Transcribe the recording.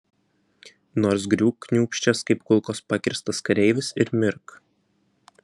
nors griūk kniūbsčias kaip kulkos pakirstas kareivis ir mirk